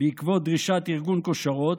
בעקבות דרישת ארגון "כושרות"